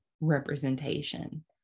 representation